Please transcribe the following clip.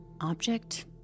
object